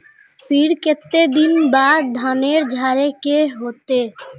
फिर केते दिन बाद धानेर झाड़े के होते?